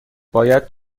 باید